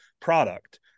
product